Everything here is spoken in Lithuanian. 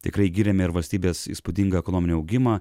tikrai giriame ir valstybės įspūdingą ekonominį augimą